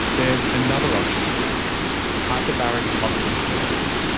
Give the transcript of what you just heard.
there's another option for treatment, hyperbaric oxygen therapy.